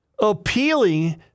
appealing